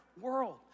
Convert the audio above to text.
world